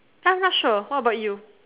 I'm not sure what about you